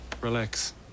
Relax